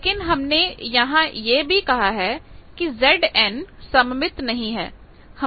लेकिन हमने यहां यह भी कहा है कि Zn सममित नहीं है